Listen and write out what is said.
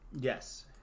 yes